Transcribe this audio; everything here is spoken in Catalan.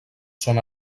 són